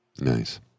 Nice